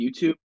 YouTube